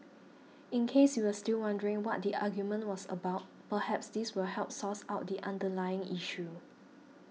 in case you were still wondering what the argument was about perhaps this will help source out the underlying issue